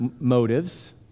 motives